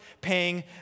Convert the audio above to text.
paying